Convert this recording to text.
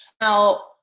Now